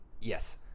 Yes